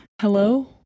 hello